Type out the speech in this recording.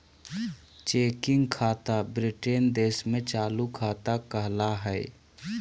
checking खाता Britain देश में चालू खाता कहला हय